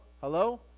Hello